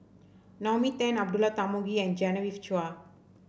Naomi Tan Abdullah Tarmugi and Genevieve Chua